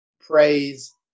praise